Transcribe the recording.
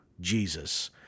Jesus